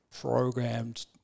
programmed